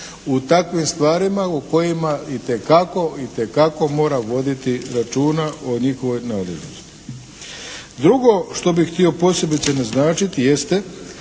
u takvim stvarima u kojima itekako, itekako mora voditi računa o njihovoj nadležnosti. Drugo što bih htio posebice naznačiti jeste